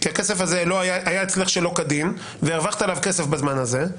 כי הכסף הזה היה אצלך שלא כדין והרווחת עליו כסף בזמן הזה,